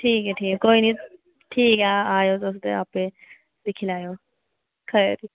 ठीक ऐ ठीक ऐ कोई नी ठीक ऐ आयो तुस ते आपे दिक्खी लैयो खरी